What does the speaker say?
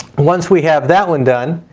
once we have that one done,